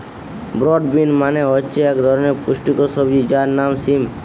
broad bean মানে হচ্ছে এক ধরনের পুষ্টিকর সবজি যার নাম সিম